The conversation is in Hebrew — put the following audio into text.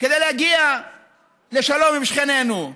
כדי להגיע לשלום עם שכנינו.